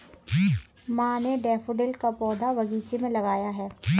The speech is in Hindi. माँ ने डैफ़ोडिल का पौधा बगीचे में लगाया है